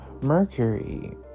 Mercury